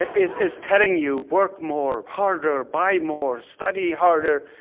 is is telling you, work more, harder. buy more. study harder,